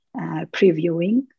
previewing